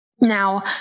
Now